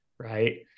right